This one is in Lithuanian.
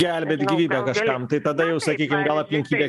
gelbėt gyvybę kažkam tai tada jau sakykim gal aplinkybė